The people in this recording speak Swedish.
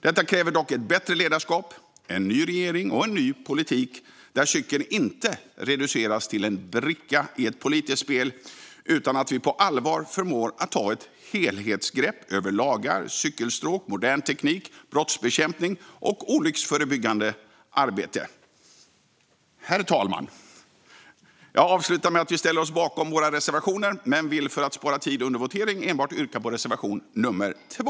Detta kräver dock ett bättre ledarskap, en ny regering och en ny politik där cykeln inte reduceras till en bricka i ett politiskt spel utan där vi på allvar förmår att ta ett helhetsgrepp över lagar, cykelstråk, modern teknik, brottsbekämpning och olycksförebyggande arbete. Herr talman! Jag avslutar med att vi ställer oss bakom alla våra reservationer men att jag för att spara tid under voteringen enbart yrkar bifall till reservation nummer 2.